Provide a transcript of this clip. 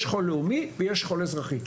יש שכול לאומי ויש שכול אזרחי.